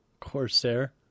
corsair